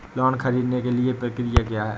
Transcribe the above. Loan ख़रीदने के लिए प्रक्रिया क्या है?